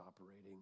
operating